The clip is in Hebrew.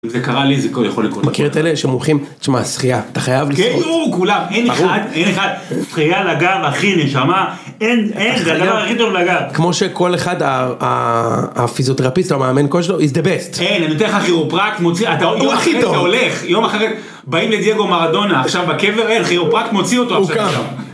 אם זה קרה לי זה יכול לקרות לכל אחד. מכיר את אלה שמומחים, תשמע שחייה, אתה חייב לשחות. כן יואו, כולם, אין אחד, אין אחד, שחייה לגב, אחי, נשמה, אין, אין, זה הדבר הכי טוב לגב. כמו שכל אחד הפיזיותרפיסט או המאמן כושר, it's the best. כן, אני נותן לך כירופרקט, מוציא, אתה הולך, יום אחרי זה הולך, יום אחרי זה, באים דייגו מרדונה עכשיו בקבר, אין, כירופרקט, מוציא אותו עכשיו שם. הוא קם.